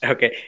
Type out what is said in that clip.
Okay